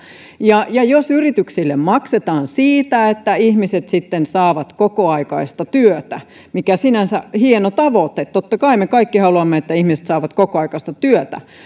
ja ja jos yrityksille maksetaan siitä että ihmiset saavat kokoaikaista työtä mikä on sinänsä hieno tavoite totta kai me kaikki haluamme että ihmiset saavat kokoaikaista työtä